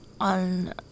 on